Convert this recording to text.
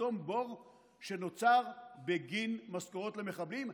לסתום בור שנוצר בגין משכורות למחבלים,